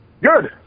Good